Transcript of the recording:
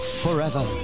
forever